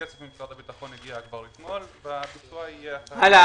הכסף ממשרד הביטחון הגיע כבר אתמול והביצוע יהיה --- הלאה,